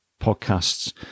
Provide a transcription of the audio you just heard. podcasts